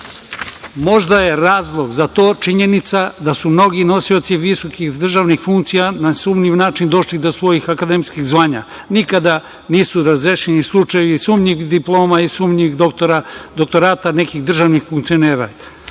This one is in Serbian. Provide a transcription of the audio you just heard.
Možda je razlog za to činjenica da su mnogi nosioci visokih državnih funkcija na sumnjiv način došli do svojih akademskih zvanja. Nikada nisu razrešeni slučajevi sumnjivih diploma i sumnjivih doktorata nekih državnih funkcionera.